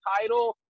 title